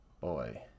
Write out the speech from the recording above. Boy